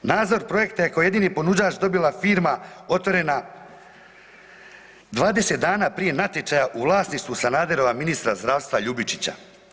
Nazor projekta je kao jedini ponuđač dobila firma otvorena 20 dana prije natječaja u vlasništvu Sanaderova ministra zdravstva Ljubičića.